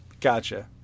Gotcha